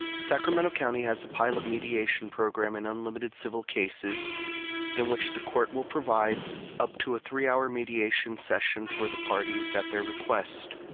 sacramento county has a pilot mediation program in unlimited civil cases in which the court will provide up to a three-hour mediation session for the parties at their request.